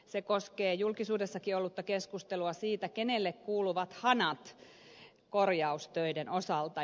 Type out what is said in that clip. se koskee julkisuudessakin ollutta keskustelua siitä kenelle kuuluvat hanat korjaustöiden osalta